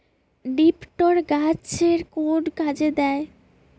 নিপটর গাছের কোন কাজে দেয়?